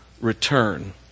return